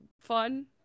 fun